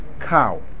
cow